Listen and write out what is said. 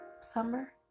summer